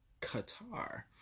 Qatar